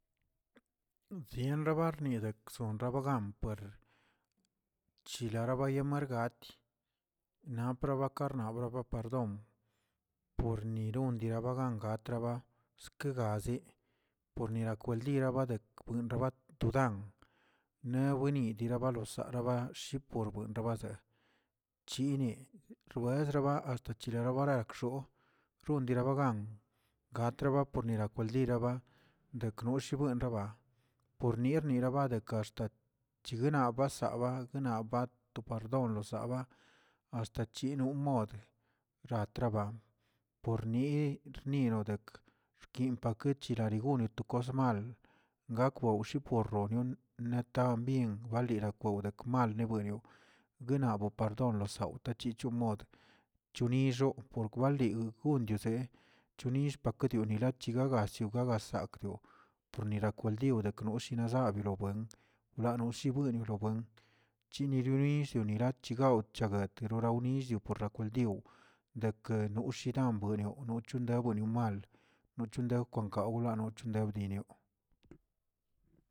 Rienrabadnidekson ronrabagan per chilaraya bargat napraba garnapaba perdón por niron dirabagan atraba sekegaze pornirakwaldi nabadek buenrora tudan nebwenidira lobasaraba shi porbuenrabaze chini roes raba tachirirabarakxo rondirabagan gatraba pornirakwaldiraba dekwnoshiban raba por nir nieraba de kaxta chiguinaba basaba gnaba pardon losaba asta chinomoo ratraba pornii nirodek xkinpakechirarigon to kosmal gakwewxipor rounion netambien galila kwew deke mal nebuenioꞌ guenabo perdón losautech chomod chunixoo wali gundozieꞌ chunillꞌ pakedioꞌ yilachigagazioꞌ basakꞌdioꞌ pornirakwaldio deknoshina gabilowen nalishibni lobuen yinioronill nirakchiwchaguet norawni yoporlakuldio deke nushirabuenio nocho buendenio mal nochodew konkaw, nochedew kinio